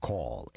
Call